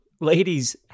ladies